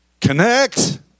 Connect